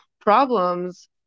problems